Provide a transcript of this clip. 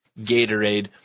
Gatorade